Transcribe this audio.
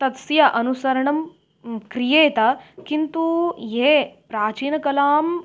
तस्य अनुसरणं क्रियेत किन्तु ये प्राचीनकलाम्